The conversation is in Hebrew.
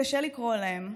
קשה לקרוא להם,